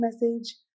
message